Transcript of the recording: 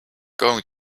going